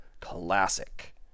classic